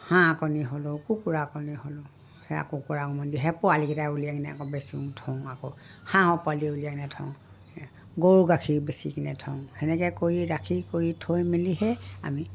হাঁহ কণী হ'লেও কুকুৰা কণী হ'লেও সেয়া কুকুৰা উমনি দি সেয়া পোৱালিকেইটা উলিয়াই কিনে আকৌ বেচোঁ থওঁ আকৌ হাঁহৰ পোৱালি উলিয়াই কেনে থওঁ গৰু গাখীৰ বেছি কেনে থওঁ সেনেকৈ কৰি ৰাখি কৰি থৈ মেলিহে আমি